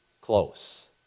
close